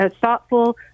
thoughtful